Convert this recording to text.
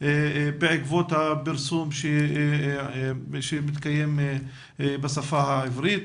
בעקבות הפרסום שמתקיים בשפה העברית.